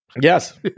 Yes